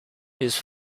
his